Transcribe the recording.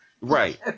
Right